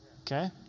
Okay